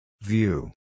view